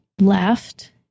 left